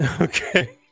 okay